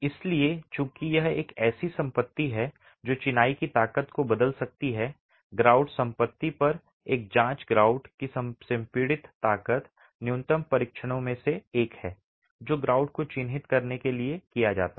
इसलिए चूंकि यह एक ऐसी संपत्ति है जो चिनाई की ताकत को बदल सकती है ग्राउट संपत्ति पर एक जांच ग्राउट की संपीड़ित ताकत न्यूनतम परीक्षणों में से एक है जो ग्राउट को चिह्नित करने के लिए किया जाता है